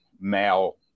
male